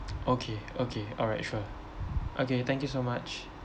okay okay alright sure okay thank you so much